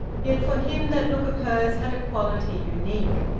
yet for him that look of hers had a quality unique,